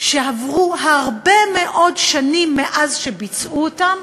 שעברו הרבה מאוד שנים מאז שהם ביצעו אותה,